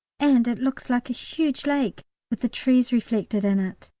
and it looks like a huge lake with the trees reflected in it.